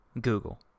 Google